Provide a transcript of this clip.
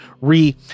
re